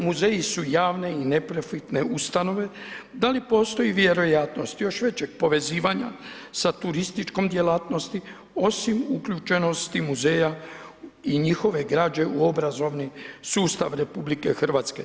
Muzeji su javne i neprofitne ustanove, da li postoji vjerojatnost još većeg povezivanja sa turističkom djelatnosti, osim uključenosti muzeja i njihove građe u obrazovni sustav RH.